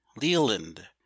Leland